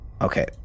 okay